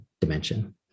dimension